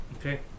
Okay